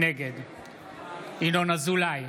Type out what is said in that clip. נגד ינון אזולאי,